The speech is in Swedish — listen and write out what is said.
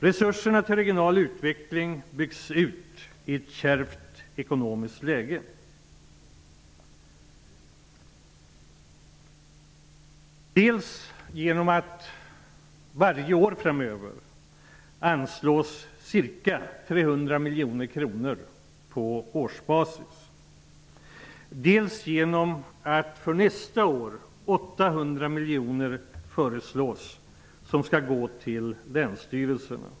Resurserna till regional utveckling byggs ut i ett kärvt ekonomiskt läge, dels genom att det varje år framöver anslås ca 300 miljoner kronor på årsbasis, dels genom att det för nästa år föreslås att 800 miljoner kronor skall gå till länsstyrelserna.